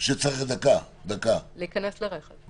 להיכנס לרכב.